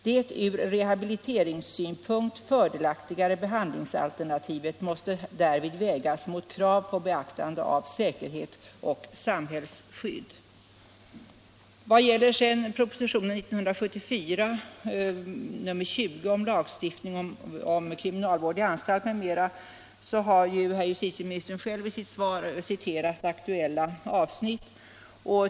Det ur rehabiliteringssynpunkt fördelaktigare behandlingsalternativet måste därvid vägas mot krav på beaktande av säkerhet och samhällsskydd.” Vad sedan gäller propositionen 1974:20 om lagstiftning om kriminalvård i anstalt m.m. har justitieministern själv i sitt svar citerat aktuella avsnitt.